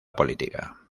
política